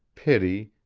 pity,